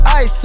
ice